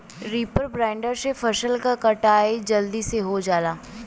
reaper binder से फसल क कटाई जलदी से हो जाला